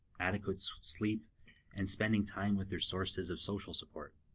adequate sleep and spending time with their sources of social support.